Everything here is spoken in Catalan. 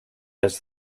has